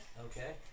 Okay